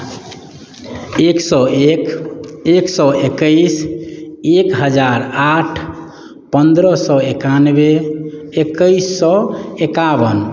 एक सए एक एक सए एकैस एक हजार आठ पन्द्रह सए एकानवे एकैस सए एकावन